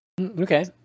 okay